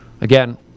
again